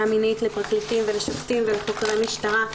מינית לפרקליטים ושופטים ולחוקרי משטרה,